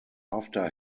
after